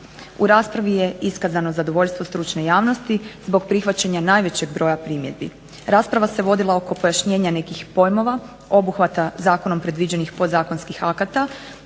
U raspravi je iskazano zadovoljstvo stručne javnosti zbog prihvaćanja najvećeg broja primjedbi. Rasprava se vodila oko pojašnjenja nekih pojmova, obuhvata zakonom predviđenih podzakonskih akata